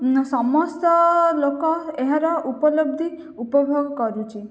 ସମସ୍ତ ଲୋକ ଏହାର ଉପଲବ୍ଧି ଉପଭୋଗ କରୁଛି